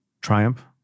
triumph